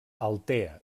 altea